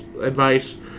advice